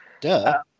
Duh